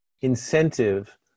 incentive